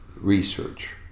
research